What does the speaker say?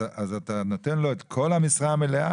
אז אתה נותן לו את כל המשרה המלאה,